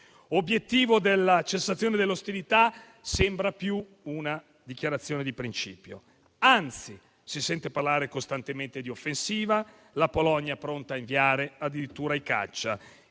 L'obiettivo della cessazione delle ostilità sembra più una dichiarazione di principio. Anzi, si sente parlare costantemente di offensiva: la Polonia è pronta a inviare addirittura i caccia.